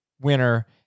winner